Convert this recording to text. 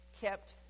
kept